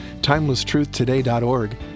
TimelessTruthToday.org